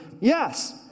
Yes